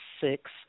six